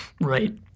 Right